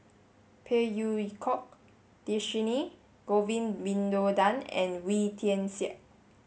Phey Yew Kok Dhershini Govin Winodan and Wee Tian Siak